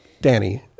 Danny